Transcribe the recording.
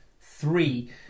three